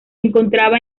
encontraba